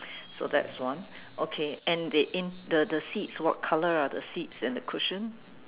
so that's one okay and the in the the seats what colour are the seats and the cushions